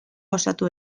osatu